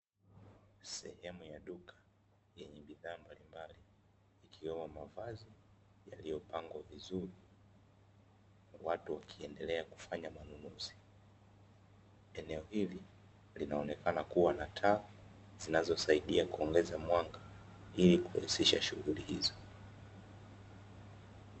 Sehemu ya duka yenye bidhaa mbalimbali ikiwemo mavazi yaliyopangwa vizuri, watu wakiendelea kufanya manunuzi, eneo hili linaonekana kuwa na taa zinazosaidia kuongeza mwanga ili kurahisisha shughuli hizo.